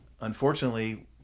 unfortunately